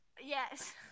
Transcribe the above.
Yes